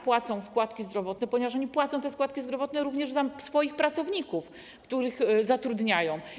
Płacą składki zdrowotne, ponieważ płacą składki zdrowotne również za pracowników, których zatrudniają.